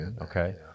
okay